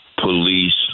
police